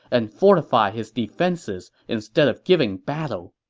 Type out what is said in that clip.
and fortify his defenses instead of giving battle.